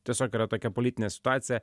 tiesiog yra tokia politinė situacija